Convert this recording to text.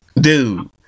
Dude